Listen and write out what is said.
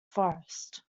forest